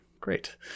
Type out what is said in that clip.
Great